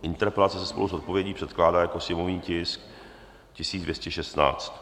Interpelace se spolu s odpovědí předkládá jako sněmovní tisk 1216.